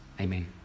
Amen